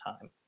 time